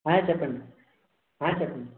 చెప్పండి చెప్పండి